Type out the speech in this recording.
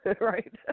Right